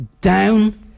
down